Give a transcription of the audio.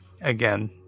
again